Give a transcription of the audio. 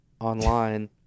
online